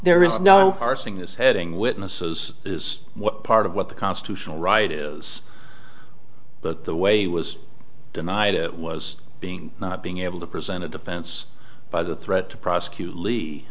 there is no parsing this heading witnesses is what part of what the constitutional right is but the way he was denied it was being not being able to present a defense by the threat to prosecute lee